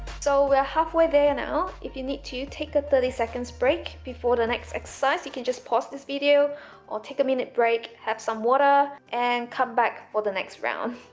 so we're halfway there now if you need to take a thirty seconds break before the next exercise you can just pause this video or take a minute break have some water and come back for the next round